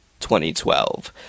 2012